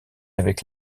avec